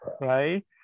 right